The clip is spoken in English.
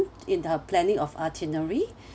in the planning of itinerary